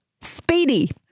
speedy